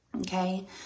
Okay